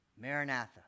Maranatha